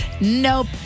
Nope